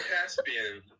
Caspian